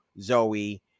zoe